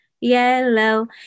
yellow